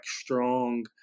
strong